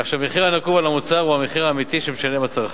כך שהמחיר הנקוב על המוצר הוא המחיר האמיתי שמשלם הצרכן.